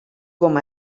com